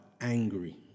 angry